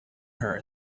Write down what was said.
her